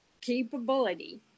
capability